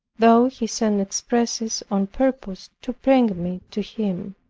though he sent expresses on purpose to bring me to him.